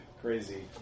Crazy